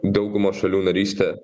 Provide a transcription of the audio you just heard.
daugumos šalių narystė